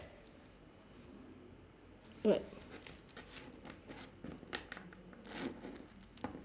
what